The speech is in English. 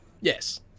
yes